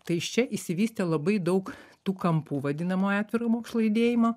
tai iš čia išsivystė labai daug tų kampų vadinamojo atviro mokslo judėjimo